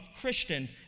Christian